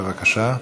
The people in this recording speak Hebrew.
בבקשה.